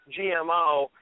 GMO